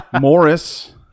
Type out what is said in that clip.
Morris